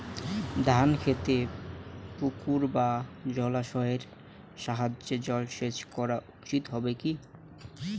ধান খেতে পুকুর বা জলাশয়ের সাহায্যে জলসেচ করা উচিৎ হবে কি?